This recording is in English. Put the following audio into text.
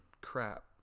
crap